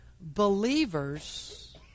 believers